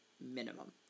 minimum